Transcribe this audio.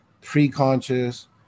pre-conscious